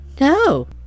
No